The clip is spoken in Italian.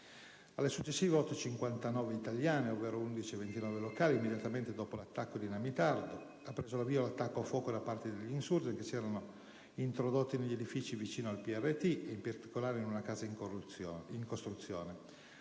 Alle successive ore 8,59 italiane, ovvero alle 11,29 locali, immediatamente dopo l'attacco dinamitardo, ha preso avvio l'attacco a fuoco da parte degli *insurgent* che si erano introdotti negli edifici adiacenti il PRT e, in particolare, in una casa in costruzione,